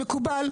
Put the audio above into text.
מקובל,